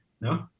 No